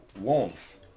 warmth